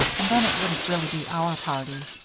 and then it wouldn't really be our party.